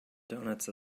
donuts